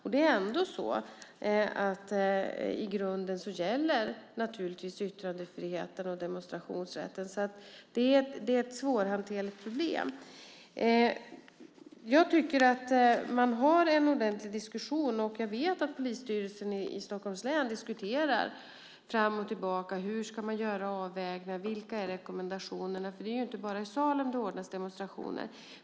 I grunden gäller naturligtvis ändå yttrandefriheten och demonstrationsrätten. Det är alltså ett svårhanterligt problem. Jag tycker att man har en ordentlig diskussion, och jag vet att polisstyrelsen i Stockholms län diskuterar fram och tillbaka hur man ska göra avvägningar och vilka rekommendationer som finns. Det är inte bara i Salem som det anordnas demonstrationer.